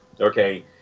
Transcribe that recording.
okay